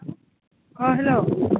अ hello